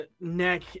Neck